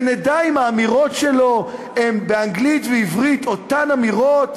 שנדע אם האמירות שלו באנגלית ועברית הן אותן אמירות,